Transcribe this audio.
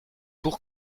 pour